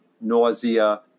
nausea